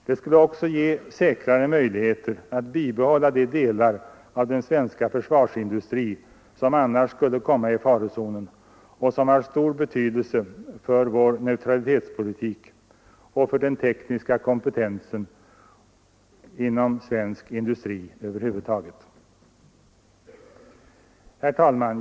Det skulle också ge säkrare möjligheter att bibehålla de delar av den svenska försvarsindustrin som annars skulle komma i farozonen och som har stor betydelse för vår neutralitetspolitik och för den tekniska kompetensen inom svensk industri över huvud taget. Herr talman!